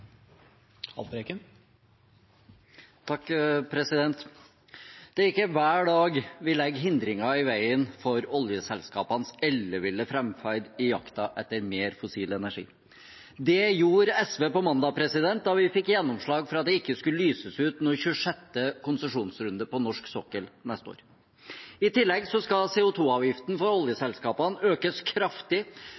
ikke hver dag vi legger hindringer i veien for oljeselskapenes elleville framferd i jakten etter mer fossil energi. Det gjorde SV på mandag da vi fikk gjennomslag for at det ikke skal lyses ut noen 26. konsesjonsrunde på norsk sokkel neste år. I tillegg skal CO 2 -avgiften for